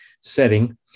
setting